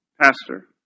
Pastor